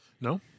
No